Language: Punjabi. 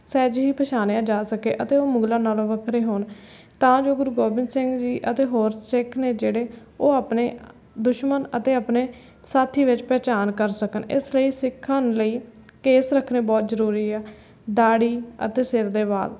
ਸਹਿਜੇ ਹੀ ਪਛਾਣਿਆ ਜਾ ਸਕੇ ਅਤੇ ਉਹ ਮੁਗਲਾਂ ਨਾਲੋਂ ਵੱਖਰੇ ਹੋਣ ਤਾਂ ਜੋ ਗੁਰੂ ਗੋਬਿੰਦ ਸਿੰਘ ਜੀ ਅਤੇ ਹੋਰ ਸਿੱਖ ਨੇ ਜਿਹੜੇ ਉਹ ਆਪਣੇ ਦੁਸ਼ਮਣ ਅਤੇ ਆਪਣੇ ਸਾਥੀ ਵਿੱਚ ਪਹਿਚਾਣ ਕਰ ਸਕਣ ਇਸ ਲਈ ਸਿੱਖਾਂ ਲਈ ਕੇਸ ਰੱਖਣੇ ਬਹੁਤ ਜ਼ਰੂਰੀ ਹੈ ਦਾੜ੍ਹੀ ਅਤੇ ਸਿਰ ਦੇ ਵਾਲ